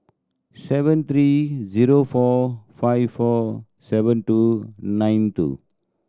seven three zero four five four seven two nine two